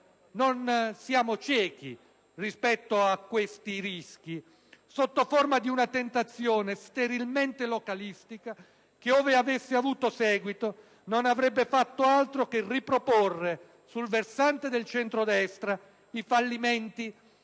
non siamo ciechi rispetto a questi rischi - sotto forma di una tentazione sterilmente localistica che, ove avesse avuto seguito, non avrebbe fatto altro che riproporre sul versante del centro-destra i fallimenti